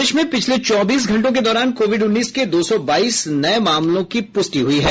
प्रदेश में पिछले चौबीस घंटों के दौरान कोविड उन्नीस के दो सौ बाईस नए मामलों की पुष्टि हुयी है